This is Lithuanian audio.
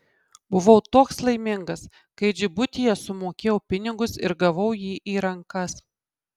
buvau toks laimingas kai džibutyje sumokėjau pinigus ir gavau jį į rankas